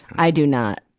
i do not.